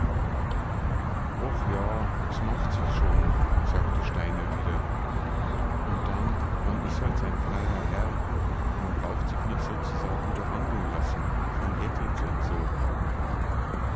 och ja s macht sich schon sagte steiner wieder und dann man is halt sein freier herr man braucht sich nich sozusagen behandeln lassen von jettels und so